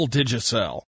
Digicel